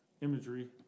imagery